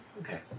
Okay